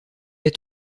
est